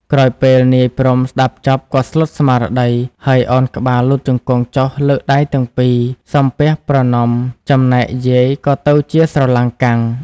ក្រោយពេលនាយ ព្រហ្ម ស្ដាប់ចប់ ក៏ស្លុតស្មារតី ហើយឱនក្បាលលុតជង្គង់ចុះលើកដៃទាំងពីរ សំពះប្រណម្យ ចំណែកយាយក៏ទៅជាស្រឡាំងកាំង ។